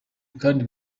kandi